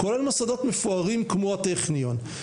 כל המוסדות המפוארים כמו הטכניון,